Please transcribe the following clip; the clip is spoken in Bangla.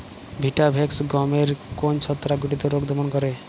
ভিটাভেক্স গমের কোন ছত্রাক ঘটিত রোগ দমন করে?